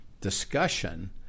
discussion